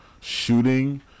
shooting